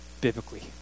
biblically